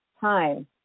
time